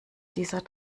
dieser